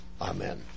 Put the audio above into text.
Amen